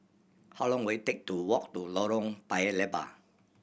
how long will it take to walk to Lorong Paya Lebar